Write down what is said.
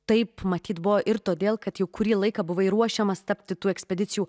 taip matyt buvo ir todėl kad jau kurį laiką buvai ruošiamas tapti tų ekspedicijų